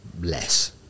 less